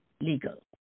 Legal